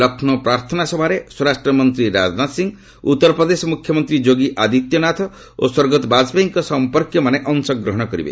ଲକ୍ଷ୍ନୌ ପ୍ରାର୍ଥନା ସଭାରେ ସ୍ୱରାଷ୍ଟ୍ରମନ୍ତ୍ରୀ ରାଜନାଥ ସିହ ଉଉରପ୍ରଦେଶ ମୁଖ୍ୟମନ୍ତ୍ରୀ ଯୋଗୀ ଆଦିତ୍ୟନାଥ ଓ ସ୍ୱର୍ଗତ ବାଜପେୟୀଙ୍କ ସମ୍ପର୍କୀୟମାନେ ଅଂଶଗ୍ରହଣ କରିବେ